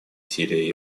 сирия